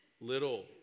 little